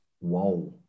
Wow